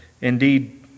indeed